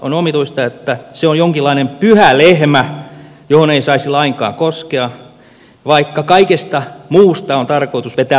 on omituista että se on jonkinlainen pyhä lehmä johon ei saisi lainkaan koskea vaikka kaikesta muusta on tarkoitus vetää löysät pois